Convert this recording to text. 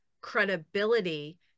credibility